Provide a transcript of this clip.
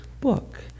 book